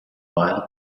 while